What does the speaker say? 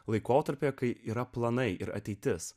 laikotarpyje kai yra planai ir ateitis